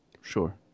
Sure